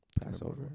Passover